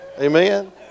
amen